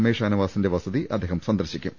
I ഷാനവാസിന്റെ വസതി അദ്ദേഹം സന്ദർശിക്കും